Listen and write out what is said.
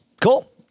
Cool